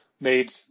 made